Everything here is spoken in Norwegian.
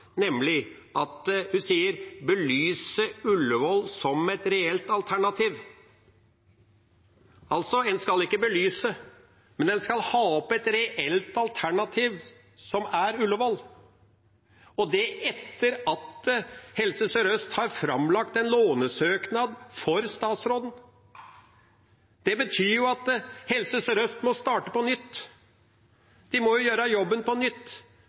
nemlig «belyse Ullevål som et reelt alternativ». En skal altså ikke belyse, men ha opp et reelt alternativ, som er Ullevål, og det etter at Helse Sør-Øst har framlagt en lånesøknad for statsråden. Det betyr jo at Helse Sør-Øst må starte på nytt. De må gjøre jobben på nytt.